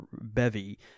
bevy